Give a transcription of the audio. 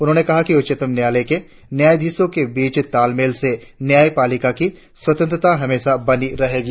उन्होंने कहा कि उच्चतम न्यायालय के न्यायाधीशों के बीच तालमेल से न्यायपालिका की स्वतंत्रता हमेशा बनी रहेगी